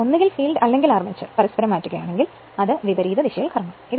എന്നാൽ ഒന്നുകിൽ ഫീൽഡ് അല്ലെങ്കിൽ ആർമേച്ചർ പരസ്പരം മാറ്റുകയാണെങ്കിൽ അത് വിപരീത ദിശയിൽ കറങ്ങും